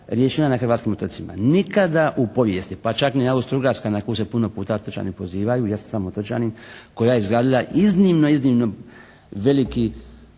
riješila na hrvatskim otocima. Nikada u povijesti pa čak ni Austro-Ugarska na koju se puno puta otočani pozivaju, ja sam sam otočanin koja je izgradila iznimno, iznimno veliki